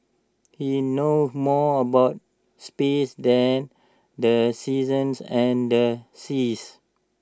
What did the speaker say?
he know more about space than the seasons and the seas